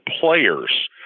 players